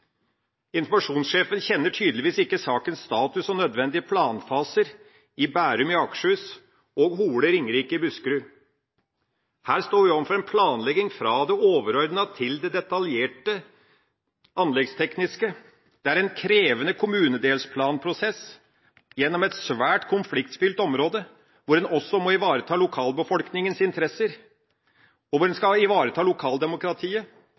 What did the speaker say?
Informasjonssjefen kjenner tydeligvis ikke sakens status og nødvendige planfaser i Bærum i Akershus og i Hole og Ringerike i Buskerud. Her står vi overfor en planlegging fra det overordnede til det detaljert anleggstekniske. Det er en krevende kommunedelplanprosess gjennom et svært konfliktfylt område, hvor en også må ivareta lokalbefolkningas interesser, hvor en skal ivareta lokaldemokratiet,